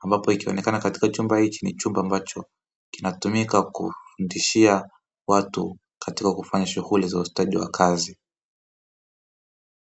ambapo ikionekana kuwa chumba hiki ni chumba ambacho kinatumika kufundishia watu katika kufanya shughuli za ustadi wa kazi.